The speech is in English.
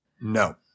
No